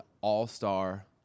all-star